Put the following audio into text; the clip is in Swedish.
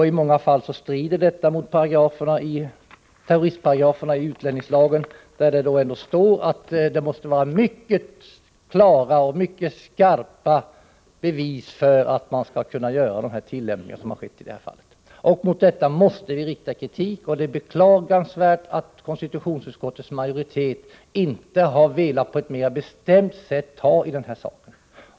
I många fall strider detta mot terroristparagraferna i utlänningslagen, där det står att det måste vara mycket klara och skarpa bevis för att man skall kunna tillämpa lagen såsom skett i detta fall. Vi måste rikta kritik mot vad som hänt. Det är beklagligt att konstitutionsutskottets majoritet inte på ett mera bestämt sätt har velat ta tag i den här saken.